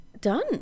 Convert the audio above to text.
done